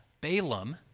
Balaam